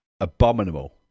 Abominable